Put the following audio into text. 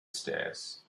stairs